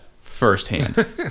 firsthand